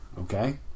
Okay